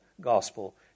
gospel